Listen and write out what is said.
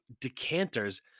decanters